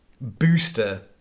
booster